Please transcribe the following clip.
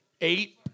eight